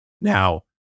Now